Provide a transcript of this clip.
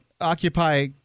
Occupy